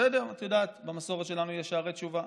בסדר, את יודעת, במסורת שלנו יש שערי תשובה.